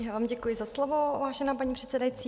Já vám děkuji za slovo, vážená paní předsedající.